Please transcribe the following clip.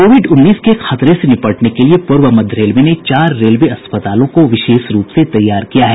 Covid उन्नीस के खतरे से निपटने के लिए पूर्व मध्य रेलवे ने चार रेलवे अस्पतालों को विशेष रूप से तैयार किया है